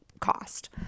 cost